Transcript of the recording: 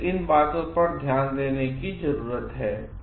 इसलिए इन बातों पर ध्यान देने की जरूरत है